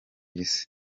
isi